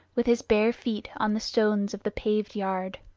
with his bare feet on the stones of the paved yard.